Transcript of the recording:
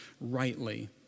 rightly